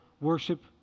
worship